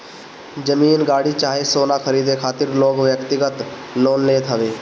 जमीन, गाड़ी चाहे सोना खरीदे खातिर लोग व्यक्तिगत लोन लेत हवे